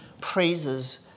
praises